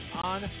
on